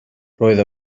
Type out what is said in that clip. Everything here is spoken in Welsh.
roedd